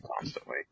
constantly